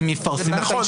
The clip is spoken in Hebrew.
הם יפרסמו --- רק